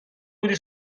بودی